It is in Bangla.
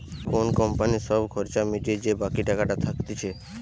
কোন কোম্পানির সব খরচা মিটিয়ে যে বাকি টাকাটা থাকতিছে